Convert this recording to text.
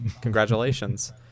Congratulations